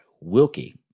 Wilkie